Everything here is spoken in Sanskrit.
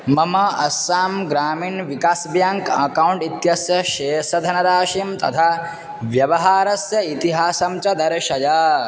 मम अस्साम् ग्रामीण विकासः ब्याङ्क् अकौण्ट् इत्यस्य शेषधनराशिं तथा व्यवहारस्य इतिहासं च दर्शय